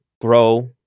grow